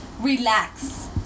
relax